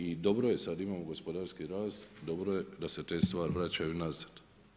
I dobro je, sad imamo gospodarski rast, dobro je da se te stvari vraćaju nazad.